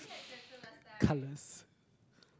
colours